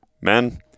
Men